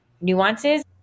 nuances